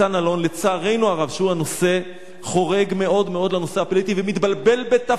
לצערנו הרב חורג מאוד מאוד לנושא הפוליטי ומתבלבל בתפקידו.